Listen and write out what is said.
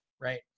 right